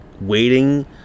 waiting